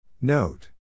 Note